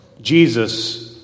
Jesus